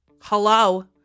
hello